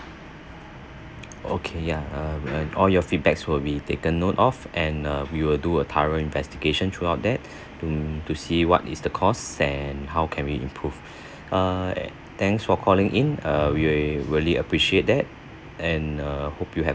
okay ya uh and all your feedbacks will be taken note off and err we will do a thorough investigation throughout that to to see what is the cause and how can we improve err thanks for calling in err we really appreciate that and err hope you have